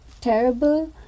terrible